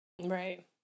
Right